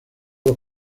los